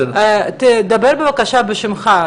תדבר בבקשה בשמך,